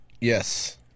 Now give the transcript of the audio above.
yes